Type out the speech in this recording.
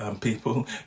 people